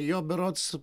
jo berods